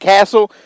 Castle